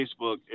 Facebook